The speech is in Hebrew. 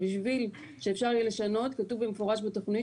בשביל שאפשר יהיה לשנות כתוב במפורש בתכנית